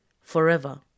forever